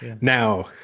Now